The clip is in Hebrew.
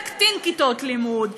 להקטין כיתות לימוד,